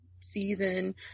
season